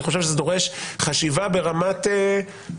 אני חושב שזה דורש חשיבה ברמת האסטרטגיה